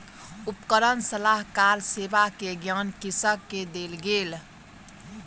उपकरण सलाहकार सेवा के ज्ञान कृषक के देल गेल